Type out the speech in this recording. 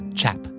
chap